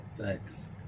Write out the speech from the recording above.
thanks